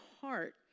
heart